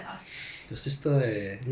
what four days three days